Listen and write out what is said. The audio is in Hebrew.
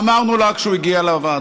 אמרנו לה כשהוא הגיע לוועדה,